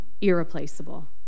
irreplaceable